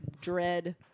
dread